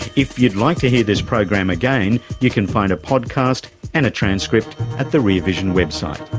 if you'd like to hear this program again, you can find a podcast and a transcript at the rear vision website.